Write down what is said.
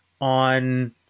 on